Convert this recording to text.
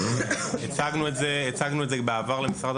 הצגנו את זה בעבר למשרד,